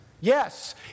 Yes